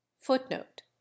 Footnote